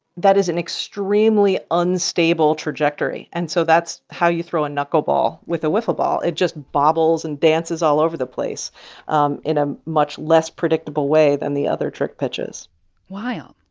that is an extremely unstable trajectory. and so that's how you throw a knuckleball with a wiffle ball. it just bobbles and dances all over the place um in a much less predictable way than the other trick pitches wild.